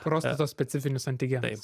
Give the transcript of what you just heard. prostatos specifinius antigenus